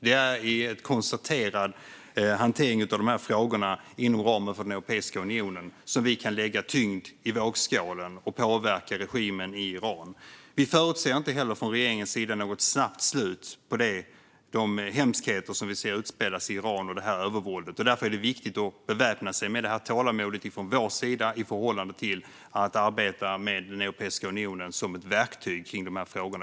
Det är i en konserterad hantering av de här frågorna inom ramen för Europeiska unionen som vi kan lägga tyngd i vågskålen och påverka regimen i Iran. Vi förutser inte heller från regeringens sida något snabbt slut på de hemskheter som vi ser utspelas i Iran och på detta övervåld. Därför är det viktigt att beväpna sig med tålamod från vår sida i förhållande till att arbeta med Europeiska unionen som ett verktyg kring dessa frågor.